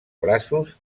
braços